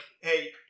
hey